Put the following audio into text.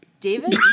David